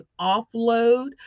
offload